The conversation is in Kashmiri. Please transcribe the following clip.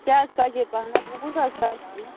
کیٛاہ سرۄجے پہنتھ وۄنۍ کوٗتاہ حَظ سرۄجہٕ کٕنَو